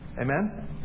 Amen